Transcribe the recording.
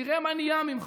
תראה מה נהיה ממך.